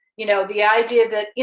you know the idea that,